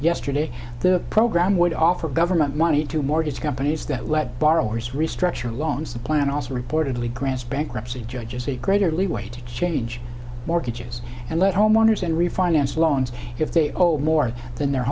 yesterday the program would offer government money to mortgage companies that let borrowers restructure loans the plan also reportedly grants bankruptcy judges a greater leeway to change mortgages and let homeowners and refinance loans if they owe more than their